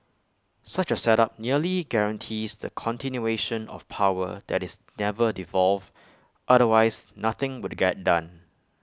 such A setup nearly guarantees the continuation of power that is never devolved otherwise nothing would get done